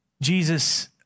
Jesus